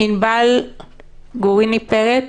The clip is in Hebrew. ענבל ג'וריני פרץ,